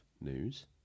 news